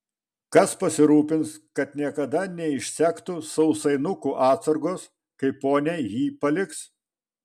kas pasirūpins kad niekada neišsektų sausainukų atsargos kai ponia jį paliks